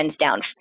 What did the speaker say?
down